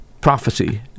prophecy